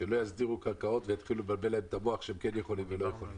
שלא יסדירו קרקעות ויתחילו לבלבל להם את המוח שהם כן יכולים ולא יכולים.